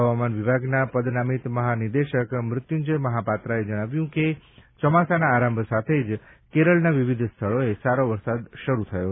હવામાન વિભાગના પદનામીત મહાનિદેશક મૃત્યુંજય મહાપાત્રે જણાવ્યું છે કે ચોમાસાના આરંભ સાથે જ કેરળના વિવિધ સ્થળોએ સારો વરસાદ શરૂ થયો છે